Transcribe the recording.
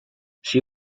she